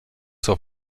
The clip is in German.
zur